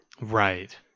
Right